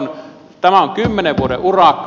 tämä on kymmenen vuoden urakka